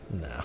No